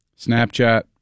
Snapchat